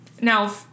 Now